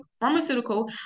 pharmaceutical